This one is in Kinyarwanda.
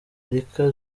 erica